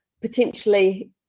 potentially